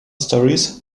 stories